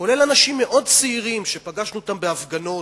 לרבות אנשים מאוד צעירים שפגשנו בהפגנות,